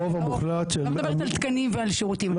לא מדברת על תקנים ועל שירותים,